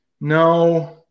No